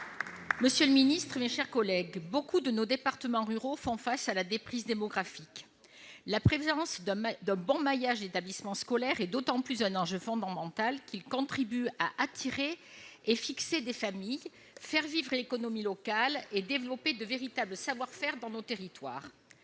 nationale et de la jeunesse, nombre de nos départements ruraux font face à la déprise démographique. La présence d'un bon maillage d'établissements scolaires est un enjeu d'autant plus fondamental qu'il contribue à attirer et à fixer des familles, à faire vivre l'économie locale et à développer de véritables savoir-faire dans nos territoires.